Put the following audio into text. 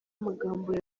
amagambo